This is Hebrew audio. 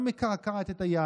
היא גם מקעקעת את היהדות,